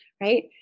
right